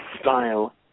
style